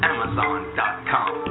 Amazon.com